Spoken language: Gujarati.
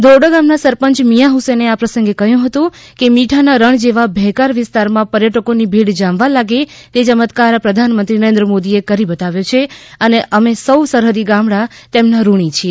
ધોરડો ગામના સરપંચ મિયાં હુસેને આ પ્રસંગે કહ્યું હતું કે મીઠાના રણ જેવા ભેકાર વિસ્તારમાં પર્યટકોની ભીડ જામવા લાગે તે યમત્કાર પ્રધાનમંત્રી મોદીએ કરી બતાવ્યો છે અને અમે સૌ સરહૃદી ગામડા તેમના ઋણી છીએ